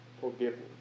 forgiven